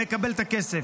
מקבל את הכסף.